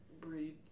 breed